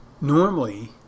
normally